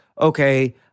okay